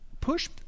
push